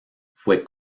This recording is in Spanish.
fue